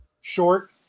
short